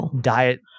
diet